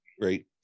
Great